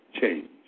change